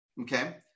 Okay